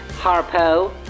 Harpo